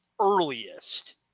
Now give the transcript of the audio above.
earliest